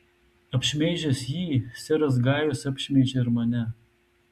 apšmeižęs jį seras gajus apšmeižė ir mane